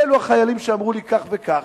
אלו החיילים שאמרו לי כך וכך,